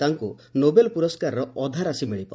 ତାଙ୍କୁ ନୋବେଲ୍ ପୁରସ୍କାରର ଅଧା ରାଶି ମିଳିବ